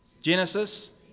Genesis